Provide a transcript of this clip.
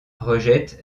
rejette